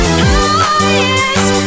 highest